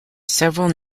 several